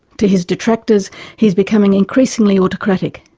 to his detractors he is becoming increasingly autocratic,